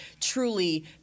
truly